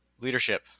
leadership